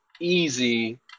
easy